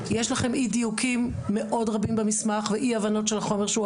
יש לכם אי דיוקים רבים במסמך, ואי הבנה של החומר.